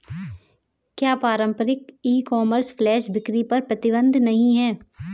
क्या पारंपरिक e commerce flash बिक्री पर प्रतिबंध नहीं है?